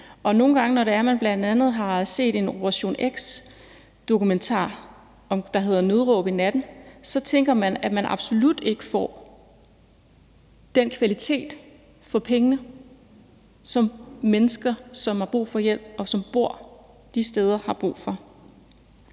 her. Og når man har set bl.a. en Operation X-dokumentar, der hedder »Nødråb i natten«, tænker man, at man absolut ikke får den kvalitet for pengene, som mennesker, der har brug for hjælp og bor de steder, har brug for.